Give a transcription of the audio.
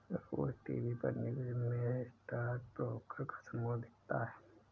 रोज TV पर news में stock broker का समूह दिखता है